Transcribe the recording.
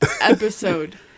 episode